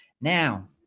Now